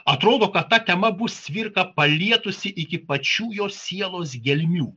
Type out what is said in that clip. atrodo kad ta tema bus cvirką palietusi iki pačių jo sielos gelmių